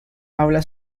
habla